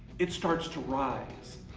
it starts to rise.